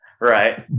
Right